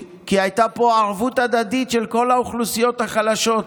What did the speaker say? כי הייתה פה ערבות הדדית של כל האוכלוסיות החלשות: